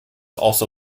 also